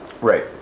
Right